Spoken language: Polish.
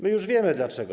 My już wiemy dlaczego.